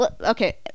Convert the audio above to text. okay